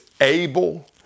able